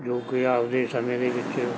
ਜੋ ਕਿ ਆਪਦੇ ਸਮੇਂ ਦੇ ਵਿੱਚ